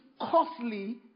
costly